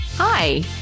Hi